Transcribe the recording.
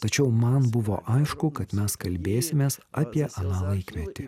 tačiau man buvo aišku kad mes kalbėsimės apie aną laikmetį